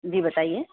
جی بتائیے